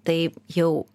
tai jau